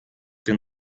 den